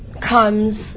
comes